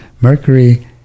Mercury